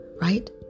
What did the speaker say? right